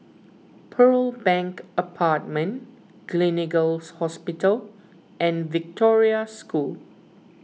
Pearl Bank Apartment Gleneagles Hospital and Victoria School